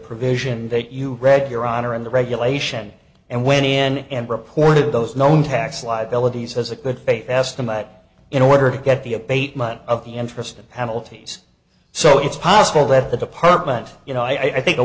provision that you read your honor in the regulation and went in and reported those known tax liabilities as a good faith estimate in order to get the abatement of the interest of penalties so it's possible that the department you know i think